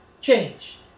change